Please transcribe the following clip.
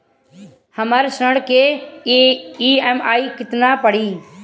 हमर ऋण के ई.एम.आई केतना पड़ी?